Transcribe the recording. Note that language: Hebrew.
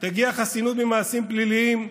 תגיע חסינות ממעשים פליליים,